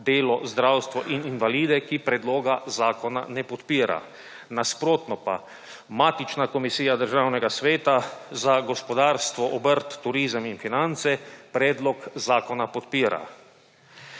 delo, zdravstvo in invalide, ki predloga zakona ne podpira. Nasprotno pa matična Komisija Državnega sveta za gospodarstvo, obrt, turizem in finance predlog zakona podpira.